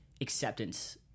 acceptance